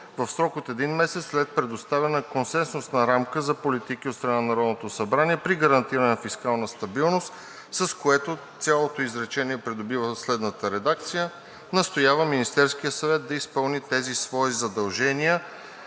„в срок от един месец след предоставена консенсусна рамка за политики от страна на Народното събрание при гарантиране на фискална стабилност“, с което цялото изречение придобива следната редакция: „Настоява Министерският съвет да изпълни тези свои задължения